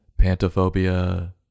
pantophobia